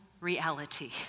reality